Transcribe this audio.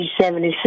76